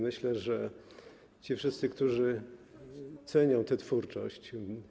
Myślę, że wszyscy, którzy cenią tę twórczość.